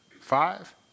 five